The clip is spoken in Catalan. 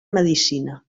medicina